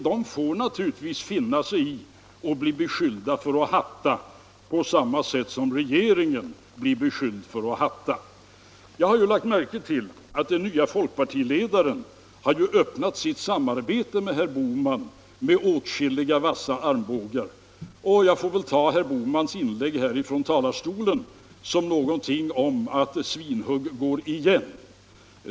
De får naturligtvis finna sig i att bli beskyllda för att hatta på samma sätt som regeringen blir beskylld för detta. Jag har lagt märke till att den nye folkpartiledaren öppnat sitt samarbete med herr Bohman med vassa armbågar. Jag får väl ta herr Bohmans inlägg i dag som ett uttryck för att han vill visa att svinhugg går igen.